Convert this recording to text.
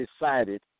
decided